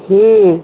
ହୁଁ